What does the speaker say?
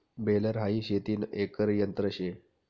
baler हाई शेतीन एक यंत्र शे